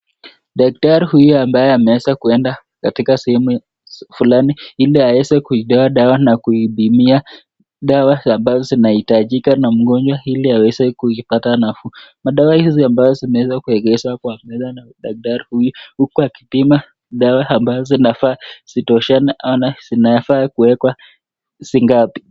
Daktari huyu ambaye ameweza kuenda katika sehemu fulani ili aweze kuuziwa dawa na kuibimia dawa ambazo zinahitajika na mgonjwa ili aweze kuipata nafuu. Madawa hizi ambazo zimeweza kuegeshwa kwa meza na daktari huyu huku akipima dawa ambazo zinafaa zitoshe ama zinafaa kuwekwa zingapi?